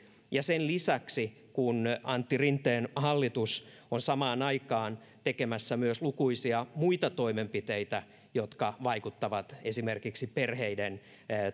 kun sen lisäksi antti rinteen hallitus on samaan aikaan tekemässä myös lukuisia muita toimenpiteitä jotka vaikuttavat esimerkiksi perheiden